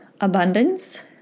abundance